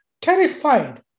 terrified